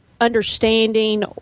understanding